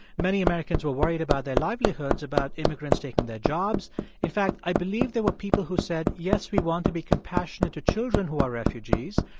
many americans were worried about their livelihoods about immigrants taking their jobs in fact, i believe there were people who said, yes, we want to be compassionate to children who are refugees.